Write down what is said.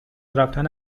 رفتن